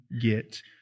get